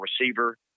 receiver